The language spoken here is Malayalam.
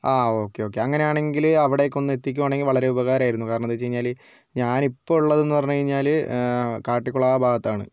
ആ ഓക്കേ ഓക്കേ അങ്ങനെയാണെങ്കിൽ അവിടേക്ക് ഒന്ന് എത്തിക്കുകയാണെങ്കിൽ വളരെ ഉപകാരമായിരുന്നു കാരണെന്താവെച്ചു കഴിഞ്ഞാൽ ഞാൻ ഇപ്പോൾ ഉള്ളത് എന്ന് പറഞ്ഞു കഴിഞ്ഞാൽ കാട്ടിക്കുളം ആ ഭാഗത്താണ്